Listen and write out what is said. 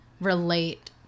relate